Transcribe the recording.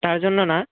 তার জন্য না